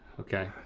okay,